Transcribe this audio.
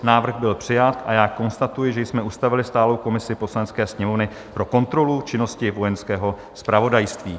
Návrh byl přijat a já konstatuji, že jsme ustavili stálou komisi Poslanecké sněmovny pro kontrolu činnosti Vojenského zpravodajství.